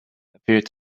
appeared